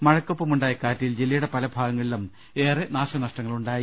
മഴക്കൊപ്പമുണ്ടായ കാറ്റിൽ ജില്ലയുടെ പല ഭാഗങ്ങളിലും ഏറെ നാശനഷ്ടങ്ങൾ ഉണ്ടായി